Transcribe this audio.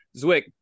Zwick